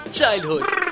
Childhood